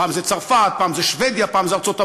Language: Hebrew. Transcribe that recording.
פעם זה צרפת, פעם זה שבדיה, פעם זה ארצות-הברית.